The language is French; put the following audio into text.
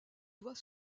doit